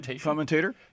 commentator